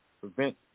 prevent